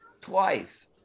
Twice